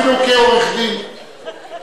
כעורך-דין,